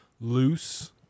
loose